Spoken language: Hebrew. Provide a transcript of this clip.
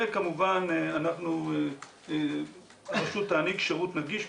וכמובן הרשות תעניק שירות נגיש,